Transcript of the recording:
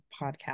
podcast